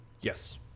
yes